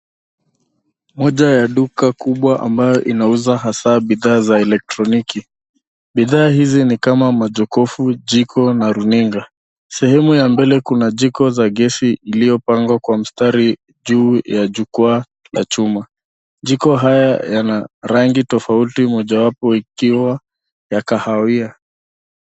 Moja ya duka kubwa ambayo inauza hasa bidhaa za electroniki. Bidhaa hizi ni kama majokofu, jiko na runinga. Sehemu ya mbele kuna jiko za gesi iliyopangwa kwa mstari juu ya jukwaa la chuma. Jiko haya yana rangi tofauti mojawapo ikiwa ya kahawia.